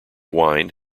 wine